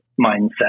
mindset